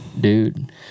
Dude